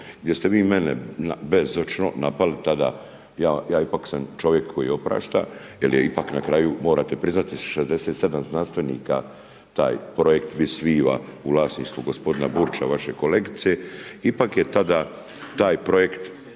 gdje ste vi mene bezočno napali tada. Ja ipak sam čovjek koji oprašta, jer ipak na kraju morate priznati 67 znanstvenika taj projekt Vis viva u vlasništvu gospodina Burića vaše kolegice. Ipak je tada taj projekt